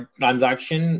transaction